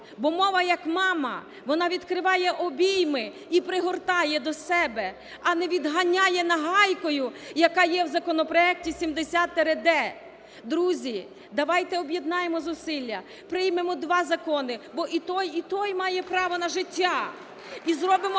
бо мова як мама, вона відкриває обійми і пригортає до себе, а не відганяє нагайкою, яка є в законопроекті 70-д. Друзі, давайте об'єднаємо зусилля, приймемо два закони, бо і той, і той має право на життя і зробимо